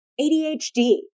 ADHD